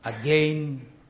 Again